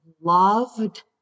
loved